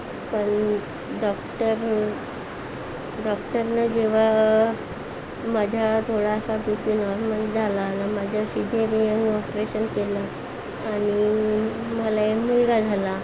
पण डॉक्टरने डॉक्टरनं जेव्हा माझा थोडासा बी पी नॉर्मल झाला आणि माझा सिझेरिअन ऑपरेशन केलं आणि मला एक मुलगा झाला